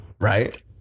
right